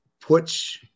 puts